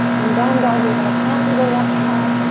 in down dog, we're gonna plant through the left palm,